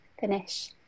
finish